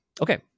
Okay